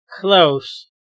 Close